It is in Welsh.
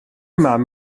mam